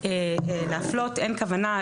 צוהריים טובים לכולם.